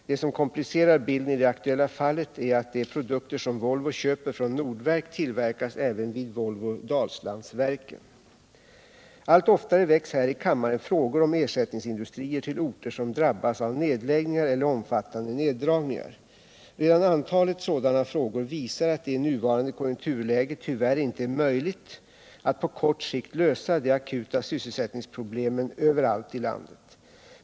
Det som komplicerar bilden i det aktuella fallet är att de produkter som Volvo köper från Nordverk tillverkas även vid AB Volvo, Dalslandsverken. Allt oftare väcks här i kammaren frågor om ersättningsindustrier till orter som drabbas av nedläggningar eller omfattande neddragningar. Redan antalet sådana frågor visar att det i nuvarande konjunkturläge tyvärr inte är möjligt att på kort sikt lösa de akuta sysselsättningsproblemen överallt i landet.